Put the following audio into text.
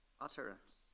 utterance